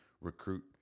recruit